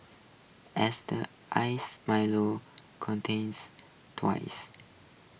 as the iced milo contains twice